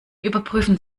überprüfen